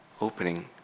opening